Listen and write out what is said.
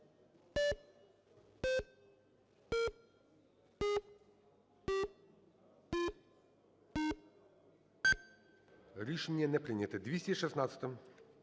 Рішення не прийнято. 216-а.